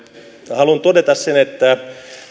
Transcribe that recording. haluan todeta sen että